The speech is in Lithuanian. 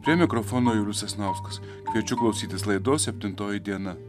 prie mikrofono julius sasnauskas kviečiu klausytis laidos septintoji diena